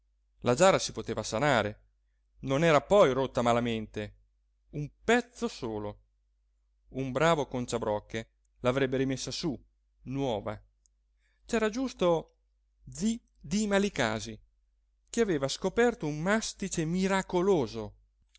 la giara si poteva sanare non era poi rotta malamente un pezzo solo un bravo conciabrocche l'avrebbe rimessa su nuova c'era giusto zi dima licasi che aveva scoperto un mastice miracoloso